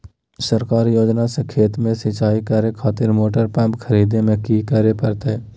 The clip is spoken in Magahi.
सरकारी योजना से खेत में सिंचाई करे खातिर मोटर पंप खरीदे में की करे परतय?